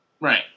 Right